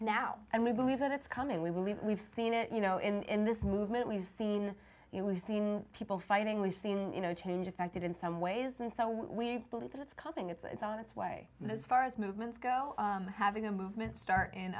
now and we believe that it's coming we believe we've seen it you know in this movement we've seen you we've seen people fighting we've seen you know change affected in some ways and so we believe that it's coming it's on its way and as far as movements go having a movement start in